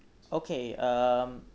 okay um